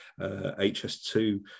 HS2